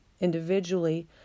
individually